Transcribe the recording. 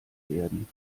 werden